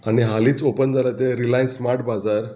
आनी हालींच ओपन जालां तें रिलायन्स स्मार्ट बाजार